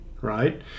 right